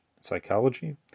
psychology